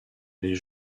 les